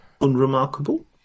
unremarkable